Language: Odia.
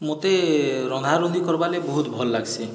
ମୋତେ ରନ୍ଧା ରୁନ୍ଧି କର୍ବା ଲାଗି ବହୁତ ଭଲ ଲାଗ୍ସି